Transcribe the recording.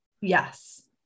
yes